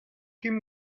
him